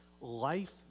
Life